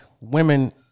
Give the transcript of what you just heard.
women